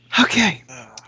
okay